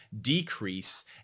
decrease